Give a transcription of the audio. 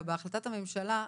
בהחלטת הממשלה כרגע,